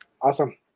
Awesome